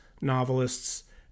novelists